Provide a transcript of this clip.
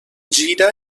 gira